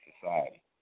society